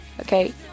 okay